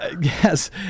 Yes